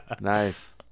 nice